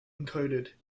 encoded